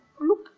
look